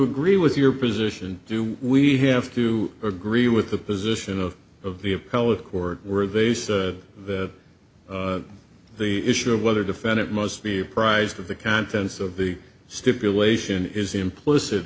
agree with your position do we have to agree with the position of of the appellate court where they said that the issue of whether defend it must be apprised of the contents of the stipulation is implicit